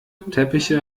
teppiche